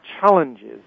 challenges